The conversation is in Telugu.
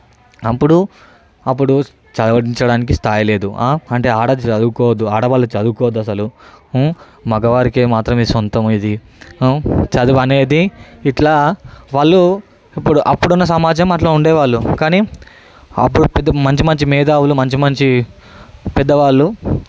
అప్పుడు అప్పుడు చదవించడానికి స్థాయి లేదు అంటే ఆడది చదువుకోవద్దు ఆడవాళ్ళు చదువుకోవద్దు అసలు మగవారికే మాత్రమే సొంతం ఇది చదువనేది ఇట్లా వాళ్ళు ఇప్పుడు అప్పుడున్న సమాజం అట్లా ఉండేవాళ్ళు కానీ అప్పుడు మంచి మంచి మేధావులు మంచి మంచి పెద్దవాళ్లు